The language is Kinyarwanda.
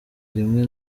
rimwe